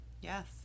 Yes